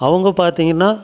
அவங்க பார்த்திங்கன்னா